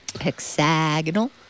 Hexagonal